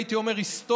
הייתי אומר היסטורי,